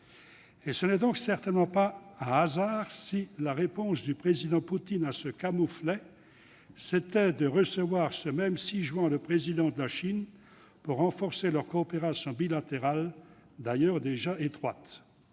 Ce n'est certainement pas un hasard si la réponse du président Poutine à ce camouflet a été de recevoir, ce même 6 juin, dernier le président de la Chine pour renforcer une coopération bilatérale, déjà très étroite.